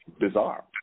bizarre